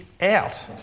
out